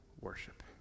worship